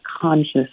conscious